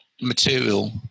material